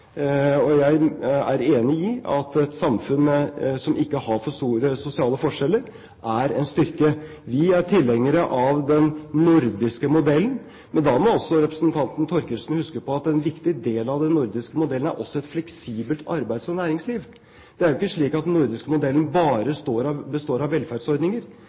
arbeid. Jeg er enig i at et samfunn som ikke har for store sosiale forskjeller, er en styrke. Vi er tilhengere av den nordiske modellen. Men da må representanten Thorkildsen huske på at en viktig del av den nordiske modellen også er et fleksibelt arbeids- og næringsliv. Det er jo ikke slik at den nordiske modellen bare består av velferdsordninger.